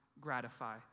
gratify